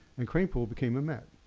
and kranepool became a met.